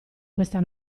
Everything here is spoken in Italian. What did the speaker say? questa